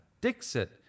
Dixit